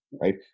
right